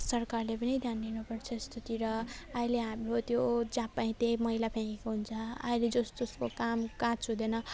सरकारले पनि ध्यान दिनु पर्छ यस्तोतिर आहिले हाम्रो त्यो जहाँ पाए त्यहीँ मैला फ्याँकेको हुन्छ आहिले जस जसको कामकाज हुँदैन